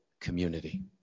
community